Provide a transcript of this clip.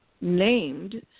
named